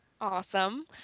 Awesome